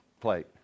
plate